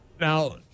Now